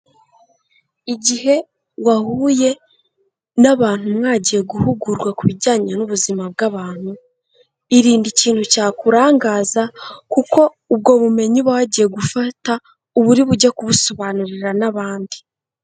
Igihe wahuye n'abantu mwagiye guhugurwa ku bijyanye n'ubuzima bw'abantu, irinde ikintu cyakurangaza, kuko ubwo bumenyi uba wagiye gufata, uba uri bujye kubusobanurira n'abandi.